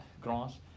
Grass